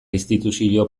instituzio